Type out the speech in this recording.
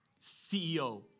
CEO